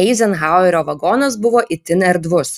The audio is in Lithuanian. eizenhauerio vagonas buvo itin erdvus